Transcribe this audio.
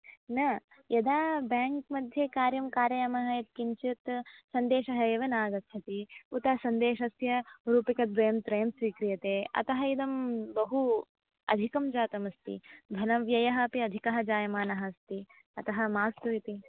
न यदा बेङ्क् मध्ये कार्यं कारयामः इति किञ्चित् सन्देशः एव नागच्छति उत सन्देशस्य रुप्यकद्वयं त्रयं स्वीक्रियते अतः इदं बहु अधिकं जातमस्ति धनव्ययः अपि अधिकः जायमानः अस्ति अतः मास्तु इति